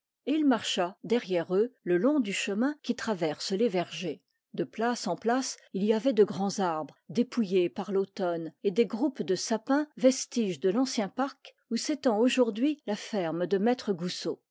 il marcha derrière eux le long du chemin qui traverse les vergers de place en place il y avait de grands arbres dépouillés par l'automne et des groupes de sapins vestiges de l'ancien parc où s'étend aujourd'hui la ferme de maître goussot